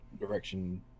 direction